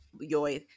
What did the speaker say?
yo